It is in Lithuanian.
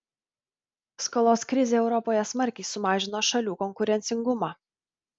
skolos krizė europoje smarkiai sumažino šalių konkurencingumą